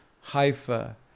Haifa